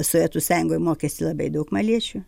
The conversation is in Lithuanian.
sovietų sąjungoj mokėsi labai daug maliečių